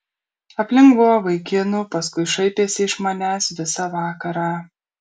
aplink buvo vaikinų paskui šaipėsi iš manęs visą vakarą